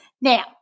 Now